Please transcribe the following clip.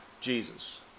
Jesus